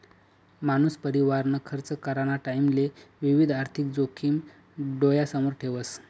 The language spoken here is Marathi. मानूस परिवारना खर्च कराना टाईमले विविध आर्थिक जोखिम डोयासमोर ठेवस